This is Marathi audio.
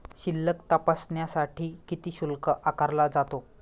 शिल्लक तपासण्यासाठी किती शुल्क आकारला जातो?